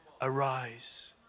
arise